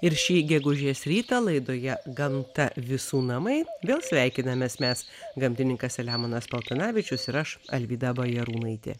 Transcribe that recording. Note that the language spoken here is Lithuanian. ir šį gegužės rytą laidoje gamta visų namai vėl sveikinamės mes gamtininkas selemonas paltanavičius ir aš alvyda bajarūnaitė